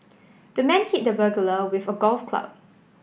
the man hit the burglar with a golf club